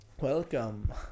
Welcome